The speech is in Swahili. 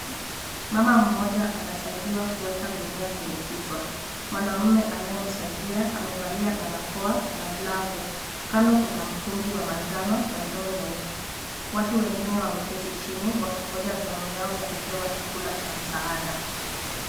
Mama mmoja anasaidiwa kuweka gunia kwenye kichwa. Mwanaume anayemsaidia amevalia barakoa na glavu. Kando kuna mtungi wa manjano na ndoo nyeupe. Watu wengine wameketi chini wakingoja zamu yao ya kupewa chakula cha msaada.